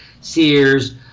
Sears